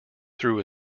through